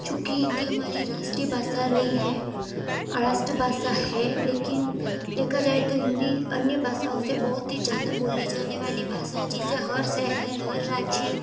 चुंकी हिंदी हमारी राष्ट्रीय भाषा रही है और राष्ट्रीय भाषा है लेकिन देखा जाए तो हिंदी अन्य भाषाओं से बहुत ही ज़्यादा बोली जाने वाली भाषा है जिसे हर शहर हर राज्य